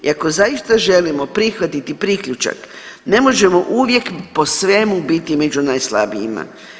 I ako zaista želimo prihvatiti priključak ne možemo uvijek po svemu biti među najslabijima.